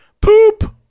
poop